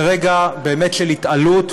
זה באמת רגע של התעלות,